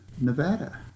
Nevada